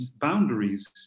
boundaries